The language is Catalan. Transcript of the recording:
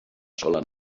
sola